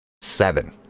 Seven